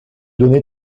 donné